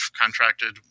contracted